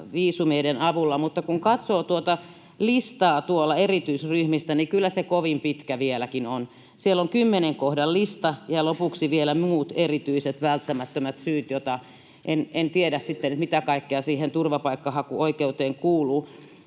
viisumeiden avulla, mutta kun katsoo tuota listaa erityisryhmistä, niin kyllä se kovin pitkä vieläkin on. Siellä on kymmenen kohdan lista ja lopuksi vielä muut erityiset välttämättömät syyt. En sitten tiedä, mitä kaikkea turvapaikkahakuoikeuteen kuuluu,